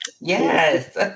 Yes